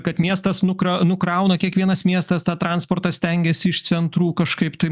kad miestas nukra nukrauna kiekvienas miestas tą transportą stengiasi iš centrų kažkaip tai